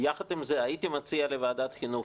יחד עם זה הייתי מציע לוועדת חינוך,